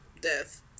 death